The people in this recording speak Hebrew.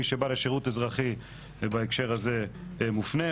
מי שבא לשירות האזרחי בהקשר הזה, מופנה.